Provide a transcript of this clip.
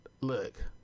look